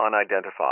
unidentified